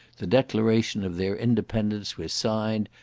the declaration of their independence was signed,